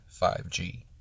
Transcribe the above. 5G